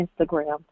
Instagram